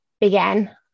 began